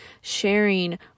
sharing